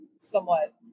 somewhat